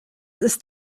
ist